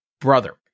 brother